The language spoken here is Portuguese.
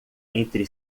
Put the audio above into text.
entre